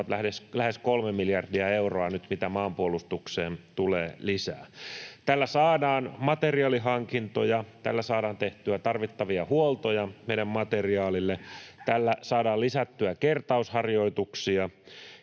lähes 3 miljardia euroa nyt, mitä maanpuolustukseen tulee lisää. Tällä saadaan materiaalihankintoja, tällä saadaan tehtyä tarvittavia huoltoja meidän materiaalille, tällä saadaan lisättyä kertausharjoituksia,